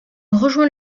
rejoint